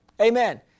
Amen